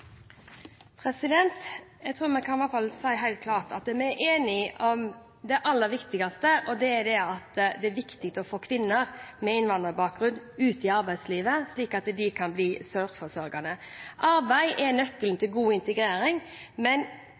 Jeg tror vi i hvert fall kan si helt klart at vi er enige om det aller viktigste, og det er at det er viktig å få kvinner med innvandrerbakgrunn ut i arbeidslivet, slik at de kan bli selvforsørgende. Arbeid er nøkkelen til god integrering, men